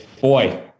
Boy